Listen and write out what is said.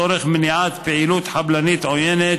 לצורך מניעת פעילות חבלנית עוינת,